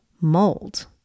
mold